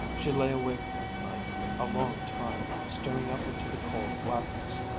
she lay awake that night a long time, staring up into the cold blackness,